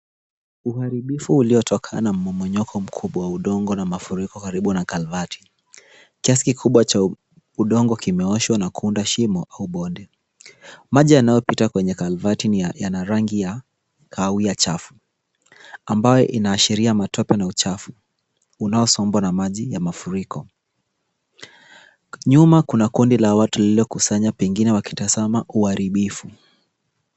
Uharibifu uliotokana mwomonyoko mkubwa wa udongo na mafuriko karibu na kalvati. Kiasi kikubwa cha udongo kimeoshwa na kuunda shimo au bonde. Maji yanayopita kwenye kalvati yana rangi ya kahawia chafu, ambayo inaashiria matope na uchafu, unaosombwa na maji ya mafuriko. Nyuma kuna kundi la watu lililokusanya pengine wakitazama uharibifu.